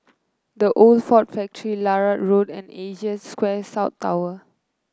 The Old Ford Factory Larut Road and Asia Square South Tower